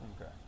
Okay